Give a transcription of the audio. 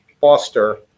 foster